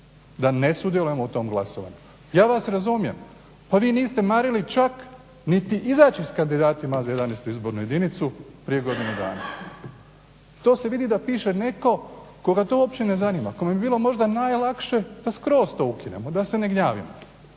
da ne sudjelujemo u tom glasovanju. Ja vas razumijem, pa vi niste marili čak niti izaći s kandidatima za XI. izbornu jedinicu prije godinu dana. To se vidi da piše netko koga to uopće ne zanima, kome bi bilo možda najlakše da skroz to ukinemo, da se ne gnjavimo